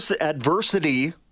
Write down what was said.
adversity